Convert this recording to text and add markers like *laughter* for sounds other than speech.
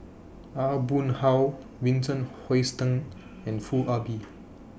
Aw Boon Haw Vincent Hoisington and Foo Ah Bee *noise*